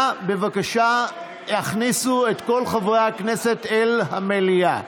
בבקשה הכניסו את כל חברי הכנסת אל המליאה.